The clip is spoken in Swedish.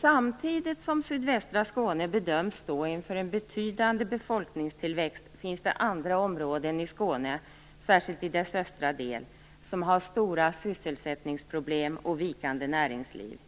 Samtidigt som sydvästra Skåne bedöms stå inför en betydande befolkningstillväxt finns det andra områden i Skåne - särskilt i dess östra del - som har stora sysselsättningsproblem och vikande näringsliv.